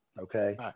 Okay